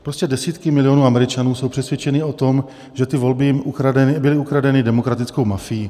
Prostě desítky milionů Američanů jsou přesvědčeny o tom, že ty volby jim byly ukradeny demokratickou mafií.